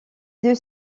deux